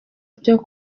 byo